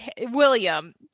William